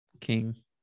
King